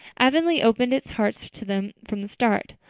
avonlea opened its heart to them from the start.